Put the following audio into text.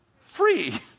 free